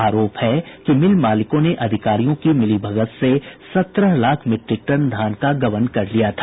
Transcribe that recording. आरोप है कि मिल मालिकों ने अधिकारियों की मिलीभगत से सत्रह लाख मीट्रिक टन धान का गबन कर लिया था